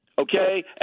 Okay